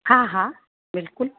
हा हा बिल्कुलु